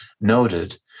noted